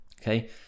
okay